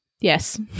Yes